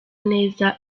neza